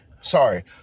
Sorry